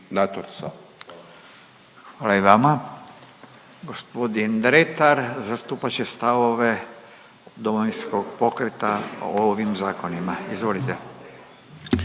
Hvala i vama. Gospodin Dretar zastupat će stavove Domovinskog pokreta o ovim zakonima. Izvolite.